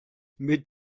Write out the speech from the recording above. mit